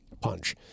punch